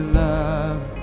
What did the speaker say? love